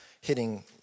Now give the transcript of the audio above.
hitting